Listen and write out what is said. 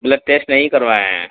blood test نہیں کروائے ہیں